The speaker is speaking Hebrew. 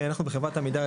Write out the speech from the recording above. אנחנו בחברת עמידר,